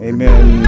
Amen